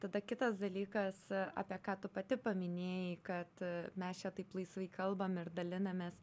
tada kitas dalykas apie ką tu pati paminėjai kad mes čia taip laisvai kalbam ir dalinamės